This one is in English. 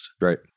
Right